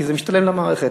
כי זה משתלם למערכת.